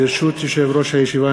ברשות יושב-ראש הישיבה,